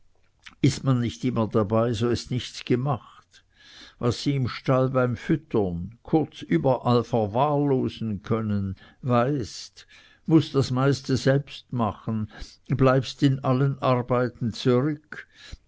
ist man nicht immer dabei so ist nichts gemacht was sie im stall beim füttern kurz überall verwahrlosen können weißt mußt das meiste selbst machen bleibst in allen arbeiten zurück